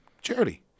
Charity